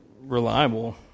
reliable